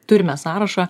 turime sąrašą